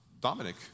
Dominic